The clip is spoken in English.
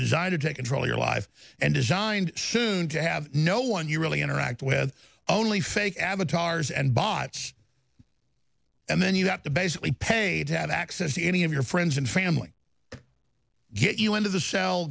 designed to take control of your life and designed soon to have no one you really interact with only fake avatars and bots and then you have to basically paid to have access to any of your friends and family get you into the cell